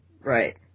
right